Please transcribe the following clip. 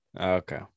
Okay